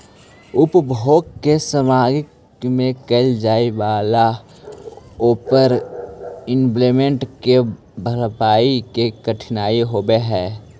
उपभोग के सामग्री में कैल जाए वालला ओवर इन्वेस्टमेंट के भरपाई में कठिनाई होवऽ हई